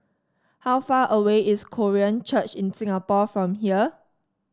how far away is Korean Church in Singapore from here